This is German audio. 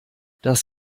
das